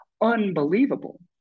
Unbelievable